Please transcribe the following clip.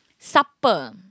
Supper